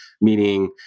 meaning